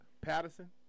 Patterson